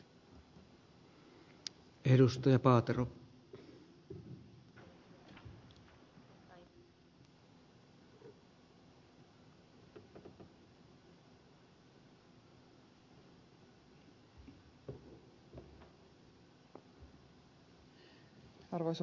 arvoisa puhemies